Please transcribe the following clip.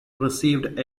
received